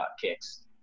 kicks